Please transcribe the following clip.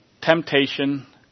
temptation